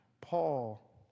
Paul